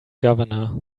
governor